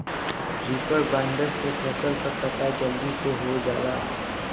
reaper binder से फसल क कटाई जलदी से हो जाला